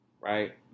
right